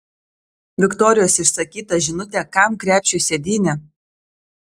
viktorijos išsakytą žinutę kam krepšiui sėdynė